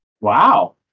Wow